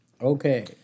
Okay